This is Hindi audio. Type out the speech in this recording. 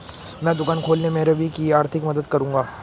मैं दुकान खोलने में रवि की आर्थिक मदद करूंगा